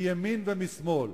מימין ומשמאל,